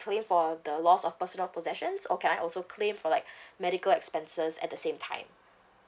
claim for the loss of personal possessions or can I also claim for like medical expenses at the same time